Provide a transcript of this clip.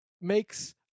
makes